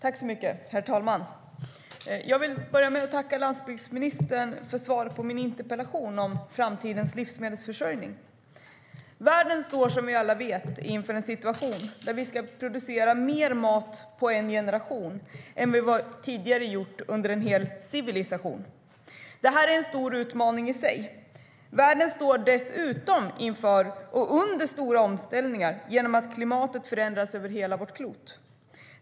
Herr talman! Jag tackar landsbygdsministern för svaret på min interpellation om framtidens livsmedelsförsörjning. Världen står som vi alla vet inför en situation där vi ska producera mer mat under en generation än vi tidigare gjort under en hel civilisation. Det är en stor utmaning i sig. Världen står dessutom inför och under stora omställningar genom att klimatet förändras över hela vårt klot.